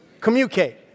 communicate